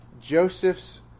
Joseph's